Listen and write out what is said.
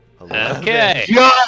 okay